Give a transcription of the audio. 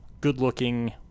good-looking